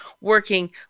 working